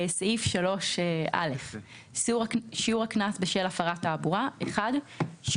(סעיף 3(א)) שיעור הקנס בשל הפרת תעבורה שיעור